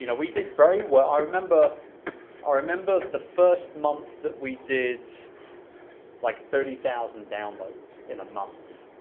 you know we did very well. i remember ah remember the first month that we did like thirty thousand downloads in a month.